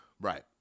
Right